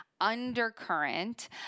undercurrent